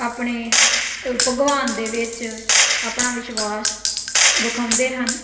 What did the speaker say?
ਆਪਣੇ ਭਗਵਾਨ ਦੇ ਵਿੱਚ ਆਪਣਾ ਵਿਸ਼ਵਾਸ ਵਿਖਾਉਂਦੇ ਹਨ